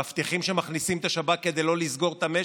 מבטיחים שמכניסים את השב"כ כדי לא לסגור את המשק?